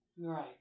Right